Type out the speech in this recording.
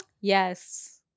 Yes